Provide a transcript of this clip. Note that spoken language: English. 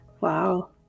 wow